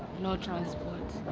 no transport.